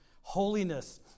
Holiness